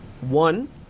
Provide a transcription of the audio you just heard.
One